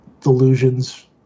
delusions